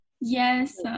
Yes